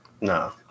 No